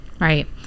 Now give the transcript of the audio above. Right